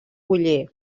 oller